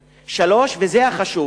3. וזה החשוב,